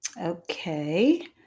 Okay